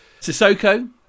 Sissoko